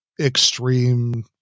extreme